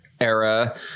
era